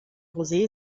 rosé